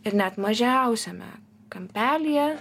ir net mažiausiame kampelyje